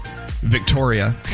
Victoria